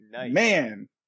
man